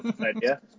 idea